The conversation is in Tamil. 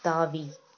தாவி